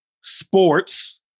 sports